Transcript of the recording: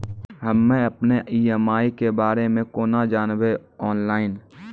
हम्मे अपन ई.एम.आई के बारे मे कूना जानबै, ऑनलाइन?